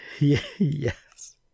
Yes